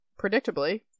predictably